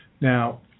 Now